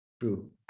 True